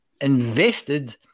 invested